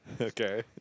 Okay